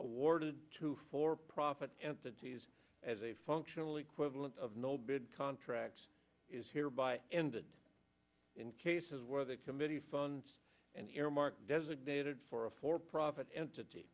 awarded to for profit entities as a functional equivalent of no bid contracts is hereby ended in cases where the committee funds and earmarked designated for a for profit entity